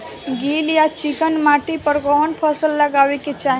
गील या चिकन माटी पर कउन फसल लगावे के चाही?